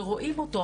שרואים אותו,